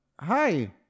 hi